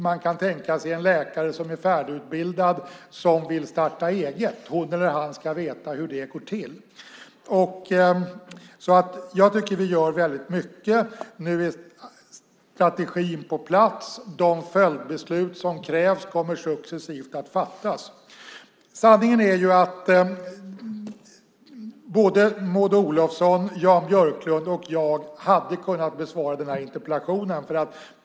Man kan tänka sig en läkare som är färdigutbildad och vill starta eget. Hon eller han ska veta hur det går till. Jag tycker att vi gör väldigt mycket. Nu är strategin på plats. De följdbeslut som krävs kommer successivt att fattas. Sanningen är att Maud Olofsson, Jan Björklund eller jag hade kunnat besvara den här interpellationen.